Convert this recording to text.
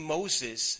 Moses